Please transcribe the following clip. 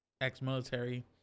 ex-military